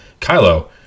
Kylo